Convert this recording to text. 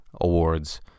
Awards